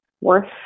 worth